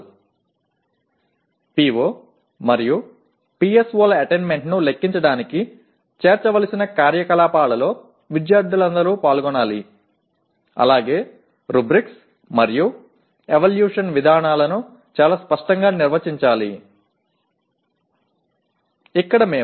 அனைத்து மாணவர்களும் PO மற்றும் PSO அடையப்படுவதைக் கணக்கிடுவதற்கு சேர்க்கப்பட உள்ள நடவடிக்கைகளில் பங்கேற்க வேண்டும் அத்துடன் ரூபிரிக்ஸ் மற்றும் மதிப்பீட்டு நடைமுறைகள் மிக தெளிவாக வரையறுக்கப்பட வேண்டும்